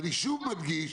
אני שוב מדגיש,